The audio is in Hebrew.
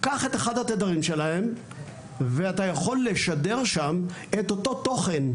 קח את אחד התדרים שלהם ואתה יכול לשדר שם את אותו תוכן,